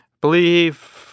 believe